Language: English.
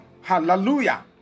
Hallelujah